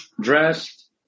dressed